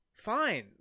fine